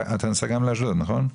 אתה נוסע גם לאשדוד, נכון?